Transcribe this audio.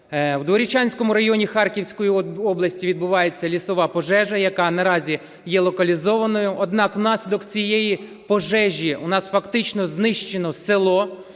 У Дворічанському районі Харківської області відбувається лісова пожежа, яка наразі є локалізованою. Однак, внаслідок цієї пожежі у нас фактично знищено село.